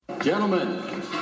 Gentlemen